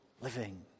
living